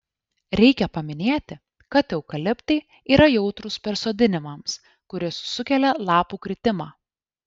reikia paminėti kad eukaliptai yra jautrūs persodinimams kuris sukelia lapų kritimą